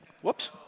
Whoops